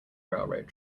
railroad